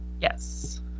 Yes